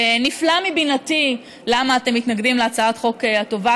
נפלא מבינתי למה אתם מתנגדים להצעת חוק הטובה